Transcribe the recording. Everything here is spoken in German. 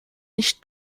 nicht